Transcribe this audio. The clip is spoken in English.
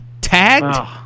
tagged